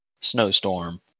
snowstorm